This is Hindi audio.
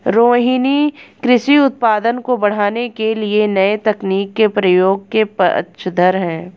रोहिनी कृषि उत्पादन को बढ़ाने के लिए नए तकनीक के प्रयोग के पक्षधर है